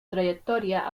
trayectoria